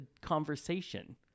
conversation